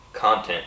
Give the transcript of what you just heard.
content